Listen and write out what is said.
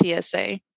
TSA